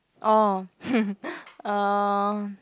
orh um